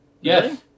Yes